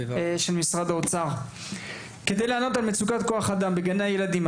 י׳: כדי לענות על מצוקת כוח האדם בגני הילדים,